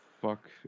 fuck